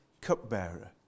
cupbearer